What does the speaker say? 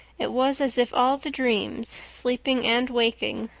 it was as if all the dreams, sleeping and waking,